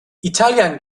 i̇talyan